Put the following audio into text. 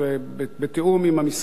בתיאום עם המשרד.